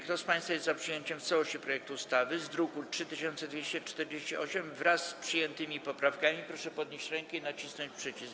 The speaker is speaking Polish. Kto z państwa jest za przyjęciem w całości projektu ustawy z druku nr 3248, wraz z przyjętymi poprawkami, proszę podnieść rękę i nacisnąć przycisk.